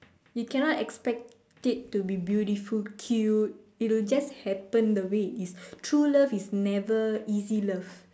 you cannot expect it to be beautiful cute it'll just happen the way it is true love is never easy love